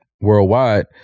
worldwide